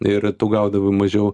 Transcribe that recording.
ir tu gaudavai mažiau